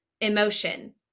emotion